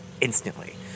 instantly